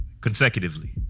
consecutively